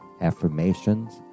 affirmations